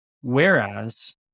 Whereas